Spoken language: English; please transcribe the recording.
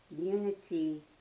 unity